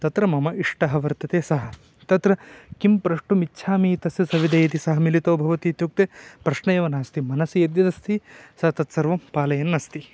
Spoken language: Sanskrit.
तत्र मम इष्टः वर्तते सः तत्र किं प्रष्टुमिच्छामि तस्य सविधे यदि सः मिलितो भवति इत्युक्ते प्रश्नम् एव नास्ति मनसि यद्यदस्ति स तत् सर्वं पालयन्नस्ति